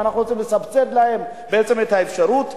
אנחנו רוצים לסבסד להם בעצם את האפשרות.